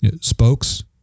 spokes